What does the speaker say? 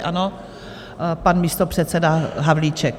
Ano, pan místopředseda Havlíček.